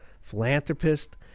philanthropist